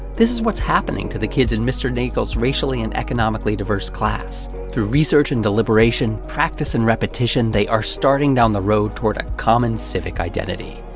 this is what's happening to the kids in mr. neagle's racially and economically-diverse class. through research and deliberation, practice and repetition, they are starting down the road toward a common civic identity.